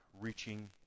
reaching